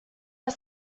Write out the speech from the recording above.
had